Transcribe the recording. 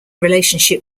relationship